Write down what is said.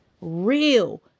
real